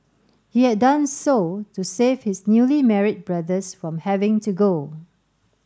he had done so to save his newly married brothers from having to go